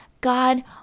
God